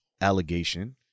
allegation